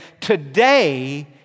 today